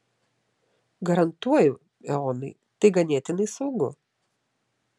garantuoju eonai tai ganėtinai saugu